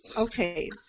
okay